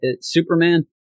Superman